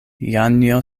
janjo